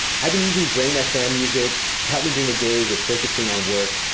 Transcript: i've been using brain fm music to help me during the day with focusing on work,